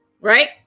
right